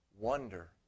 wonder